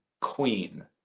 queen